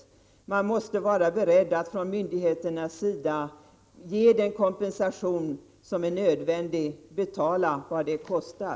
Myndigheterna måste vara beredda att ge den kompensation som är nödvändig, att betala vad det kostar.